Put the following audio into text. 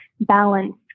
balance